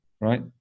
Right